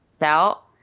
out